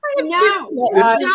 No